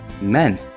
men